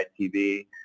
ITV